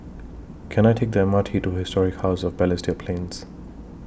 Can I Take The M R T to Historic House of Balestier Plains